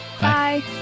Bye